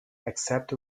except